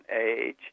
age